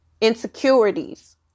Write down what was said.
Insecurities